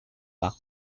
pas